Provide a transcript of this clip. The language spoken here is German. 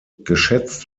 geschätzt